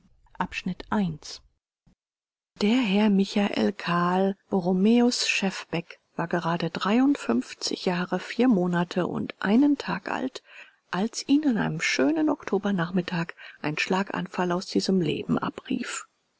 der herr michael karl borromäus schefbeck war gerade dreiundfünfzig jahre vier monate und einen tag alt als ihn an einem schönen oktobernachmittag ein schlaganfall aus diesem leben abrief